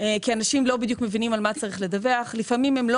כי אנשים לא בדיוק מבינים על מה צריך לדווח; לפעמים הם לא